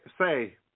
say